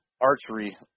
archery